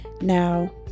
Now